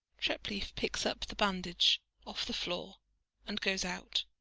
treplieff picks up the bandage off the floor and goes out.